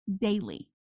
daily